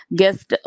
guest